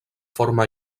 forma